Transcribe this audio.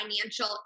financial